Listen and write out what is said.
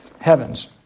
heavens